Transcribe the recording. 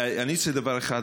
אני רוצה לומר דבר אחד,